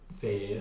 fair